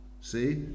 see